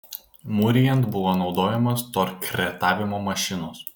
mūrijant buvo naudojamos torkretavimo mašinos